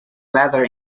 leather